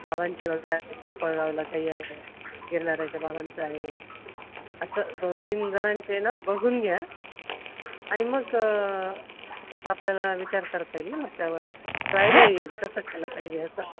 बाबांचे वगैरे पिंपळगावला काही आहे गिरनाऱ्याच्या बाबांचं आहे असं दोनतीन जणांचे नं बघून घ्या आणि मग तसा आपल्याला विचार करता येईल ना मग त्यावर किंवा आयडिया येईल कसं केलं पाहिजे असं